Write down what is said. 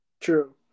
True